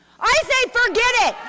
i say forget it.